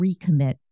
recommit